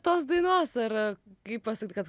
tos dainos ar kaip pasakyt kad